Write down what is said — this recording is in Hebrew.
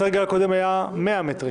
בסגר הקודם היא הייתה 100 מטרים.